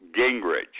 Gingrich